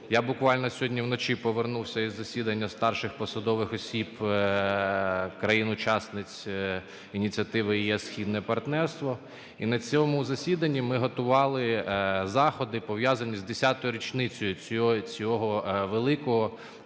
Я буквально сьогодні вночі повернувся із засідання старших посадових осіб країн-учасниць ініціативи ЄС "Східне партнерство", і на цьому засіданні ми готували заходи, пов'язані з 10-ю річницею цього великого